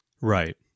Right